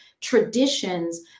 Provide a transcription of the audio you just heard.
traditions